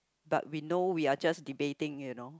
but we know we are just debating you know